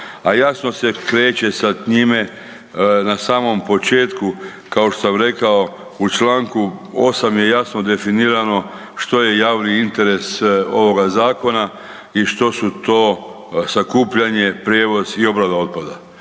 A jasno se kreće sa time na samom početku kao što sam rekao u Članku 8. je jasno definirano što je javni interes ovoga zakona i što su to sakupljanje, prijevoz i obrada otpada.